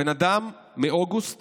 הבן אדם מאוגוסט